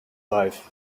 life